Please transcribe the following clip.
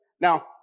Now